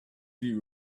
you